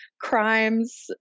crimes